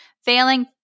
Failing